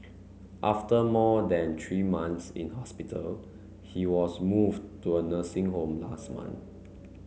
after more than three months in hospital he was moved to a nursing home last month